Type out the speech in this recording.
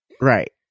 Right